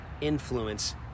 influence